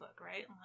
right